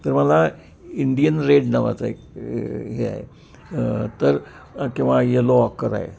तर मला Indian red नावाचा एक हे आहे तर किंवा यलो ऑक्कर आहे